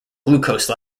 glucose